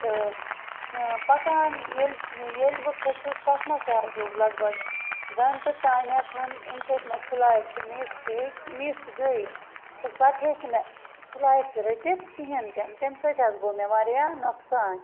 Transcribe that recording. تہٕ پَکان ییٚلہِ ییٚلہِ بہٕ کھٔژٕس تَتھ منٛز تہِ حظ لوٚگ لَگ بَگ گھَنٹہٕ تانٮ۪تھ ییٚمۍ سۭتۍ مےٚ فٕلایِٹ تہٕ مِس ہیٚچ مِس گٔیہِ تہٕ پَتہٕ ہیٚچ نہٕ مےٚ فٕلایِٹ تہِ رٔٹِتھ کِہیٖنۍ تہِ نہٕ تَمۍ سۭتۍ حظ گوٚو مےٚ واریاہ نۄقصان